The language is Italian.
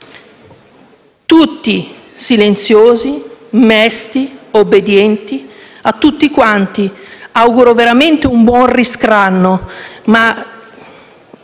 Tutti silenziosi, mesti, obbedienti, a tutti quanti auguro veramente un buon "ri-scranno", ma